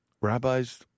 Rabbis